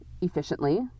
efficiently